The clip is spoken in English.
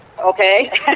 Okay